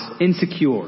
insecure